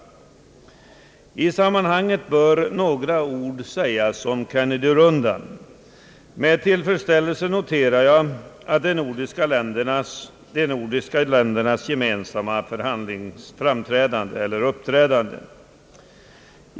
I detta sammanhang bör några ord sägas om Kennedyronden. Med tillfredsställelse konstaterar jag de nordiska ländernas gemensamma uppträdande vid dessa förhandlingar.